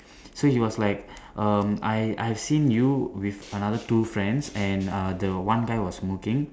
so he was like um I I've see you with another two friends and uh the one guy was smoking